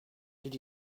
did